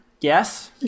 Yes